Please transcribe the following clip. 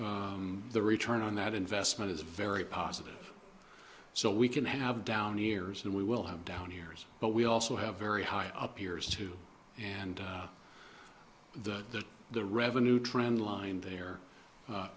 the return on that investment is very positive so we can have down years and we will have down here but we also have very high up years too and the the revenue trend line there